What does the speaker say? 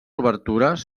obertures